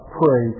pray